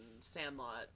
sandlot